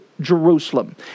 Jerusalem